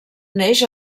neix